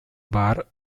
bar